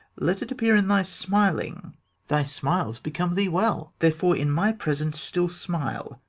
let it appear in thy smiling thy smiles become thee well therefore in my presence still smile,